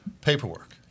paperwork